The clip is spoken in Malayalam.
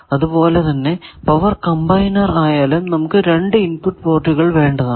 അതുപോലെ തന്നെ പവർ കമ്പൈനർ ആയാലും നമുക്ക് രണ്ടു ഇൻപുട് പോർട്ടുകൾ വേണ്ടതാണ്